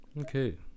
okay